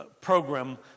program